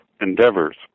endeavors